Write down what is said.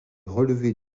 relevés